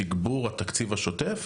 תגבור התקציב השוטף,